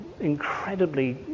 incredibly